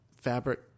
fabric